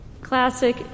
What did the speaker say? Classic